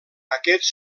aquests